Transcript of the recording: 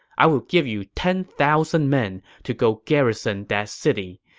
i will give you ten thousand men to go garrison that city.